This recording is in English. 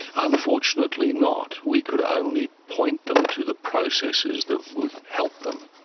unfortunately not. we could only point them to the processes that would help them.